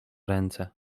ręce